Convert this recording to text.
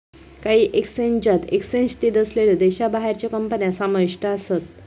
काही एक्सचेंजात एक्सचेंज स्थित असलेल्यो देशाबाहेरच्यो कंपन्या समाविष्ट आसत